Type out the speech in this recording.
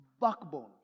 backbone